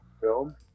Film